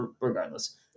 regardless